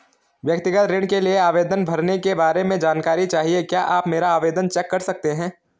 व्यक्तिगत ऋण के लिए आवेदन भरने के बारे में जानकारी चाहिए क्या आप मेरा आवेदन चेक कर सकते हैं?